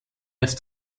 ist